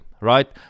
Right